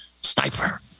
Sniper